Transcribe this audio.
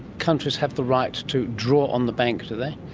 countries have the right to draw on the bank, do they?